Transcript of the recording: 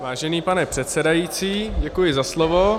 Vážený pane předsedající, děkuji za slovo.